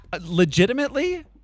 legitimately